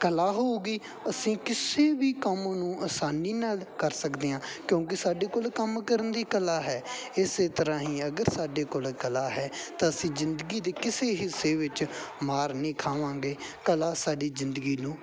ਕਲਾ ਹੋਵੇਗੀ ਅਸੀਂ ਕਿਸੇ ਵੀ ਕੰਮ ਨੂੰ ਆਸਾਨੀ ਨਾਲ ਕਰ ਸਕਦੇ ਹਾਂ ਕਿਉਂਕਿ ਸਾਡੇ ਕੋਲ ਕੰਮ ਕਰਨ ਦੀ ਕਲਾ ਹੈ ਇਸੇ ਤਰ੍ਹਾਂ ਹੀ ਅਗਰ ਸਾਡੇ ਕੋਲ ਕਲਾ ਹੈ ਤਾਂ ਅਸੀਂ ਜ਼ਿੰਦਗੀ ਦੀ ਕਿਸੇ ਹਿੱਸੇ ਵਿੱਚ ਮਾਰ ਨਹੀਂ ਖਾਵਾਂਗੇ ਕਲਾ ਸਾਡੀ ਜ਼ਿੰਦਗੀ ਨੂੰ